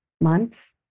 months